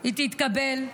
היא תתקבל,